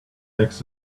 makes